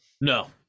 No